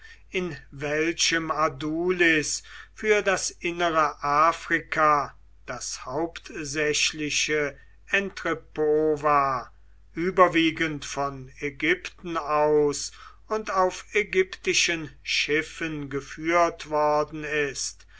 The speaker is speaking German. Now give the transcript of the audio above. in welchem adulis für das innere afrika das hauptsächliche entrept war überwiegend von ägypten aus und auf ägyptischen schiffen geführt worden ist